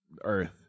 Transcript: Earth